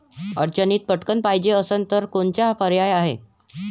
अडचणीत पटकण पायजे असन तर कोनचा पर्याय हाय?